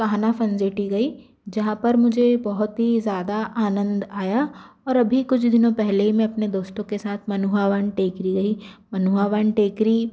Kanha fun city गई जहाँ पर मुझे बहुत ही ज़्यादा आनंद आया और अभी कुछ दिनों पहले ही मैं अपने दोस्तों के साथ मनभावन टेकरी गई मनभावन टेकरी